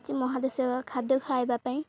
କିଛି ମହାଦେଶୀର ଖାଦ୍ୟ ଖାଇବା ପାଇଁ